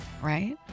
right